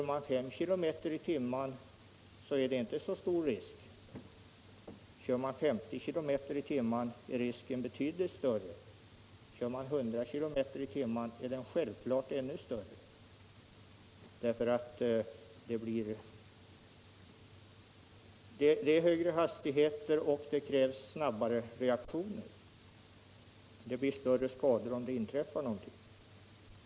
Kör man 5 km i timmen är risken inte särskilt stor, men kör man 50 km i timmen är risken betydligt större, och kör man 100 km i timmen är den självfallet ännu större, eftersom högre hastigheter kräver snabbare reaktioner och skadorna då blir svårare om det inträffar en olycka.